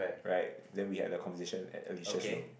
right then we had the conversation at Alicia's room